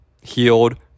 healed